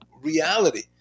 reality